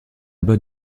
bon